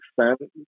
extent